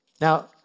Now